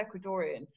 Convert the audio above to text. Ecuadorian